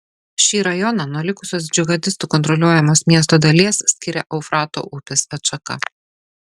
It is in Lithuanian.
šį rajoną nuo likusios džihadistų kontroliuojamos miesto dalies skiria eufrato upės atšaka